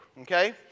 okay